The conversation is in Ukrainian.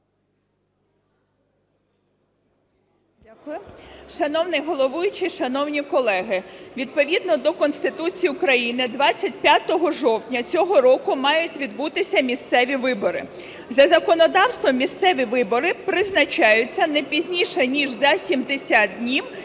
Л.В. Шановний головуючий! Шановні колеги! Відповідно до Конституції України 25 жовтня цього року мають відбутися місцеві вибори. За законодавством місцеві вибори призначаються не пізніше ніж за 70 днів